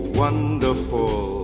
wonderful